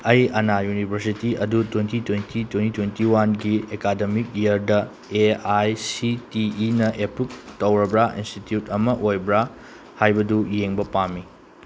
ꯑꯩ ꯑꯅꯥ ꯌꯨꯅꯤꯕꯔꯁꯤꯇꯤ ꯑꯗꯨ ꯇ꯭ꯋꯦꯟꯇꯤ ꯇ꯭ꯋꯦꯟꯇꯤ ꯇ꯭ꯋꯦꯟꯇꯤ ꯇ꯭ꯋꯦꯟꯇꯤ ꯋꯥꯟꯒꯤ ꯑꯦꯀꯥꯗꯃꯤꯛ ꯏꯌꯥꯔꯗ ꯑꯦ ꯑꯥꯏ ꯁꯤ ꯇꯤ ꯏꯅ ꯑꯦꯄ꯭ꯔꯨꯞ ꯇꯧꯔꯕ꯭ꯔꯥ ꯏꯟꯁꯇꯤꯇ꯭ꯌꯨꯠ ꯑꯃ ꯑꯣꯏꯕ꯭ꯔꯥ ꯍꯥꯏꯕꯗꯨ ꯌꯦꯡꯕ ꯄꯥꯝꯃꯤ